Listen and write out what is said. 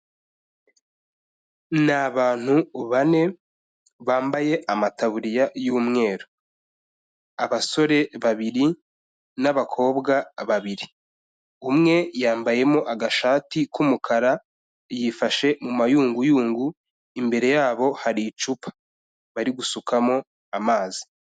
Ni abantu bane, bambaye amataburiya y'umweru. Abasore babiri n'abakobwa babiri. Umwe yambayemo agashati k'umukara, yifashe mu mayunguyungu, imbere yabo hari icupa. Bari gusukamo amazi.